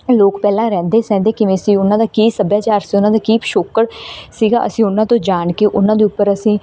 ਲੋਕ ਪਹਿਲਾਂ ਰਹਿੰਦੇ ਸਹਿੰਦੇ ਕਿਵੇਂ ਸੀ ਉਹਨਾਂ ਦਾ ਕੀ ਸੱਭਿਆਚਾਰ ਸੀ ਉਹਨਾਂ ਦਾ ਕੀ ਪਛੋਕੜ ਸੀਗਾ ਅਸੀਂ ਉਹਨਾਂ ਤੋਂ ਜਾਣ ਕੇ ਉਹਨਾਂ ਦੇ ਉੱਪਰ ਅਸੀਂ